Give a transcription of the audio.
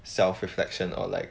self reflection or like